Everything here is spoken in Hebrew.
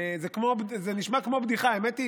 זה נשמע כמו בדיחה, האמת.